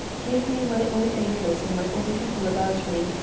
give me my own acres and my own people about me,